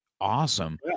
awesome